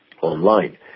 online